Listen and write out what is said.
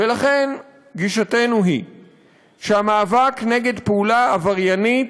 ולכן גישתנו היא שהמאבק נגד פעולה עבריינית,